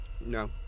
No